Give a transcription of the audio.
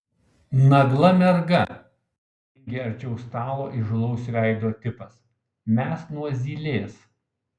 nagla merga žengė arčiau stalo įžūlaus veido tipas mes nuo zylės